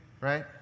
Right